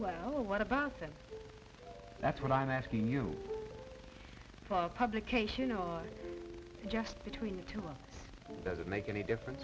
well what about them that's what i'm asking you for publication or just between the two of us does it make any difference